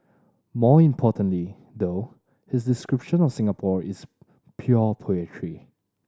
more importantly though his description of Singapore is pure poetry